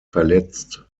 verletzt